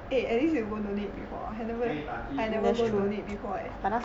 eh at least you go donate before I have never I never go donate before eh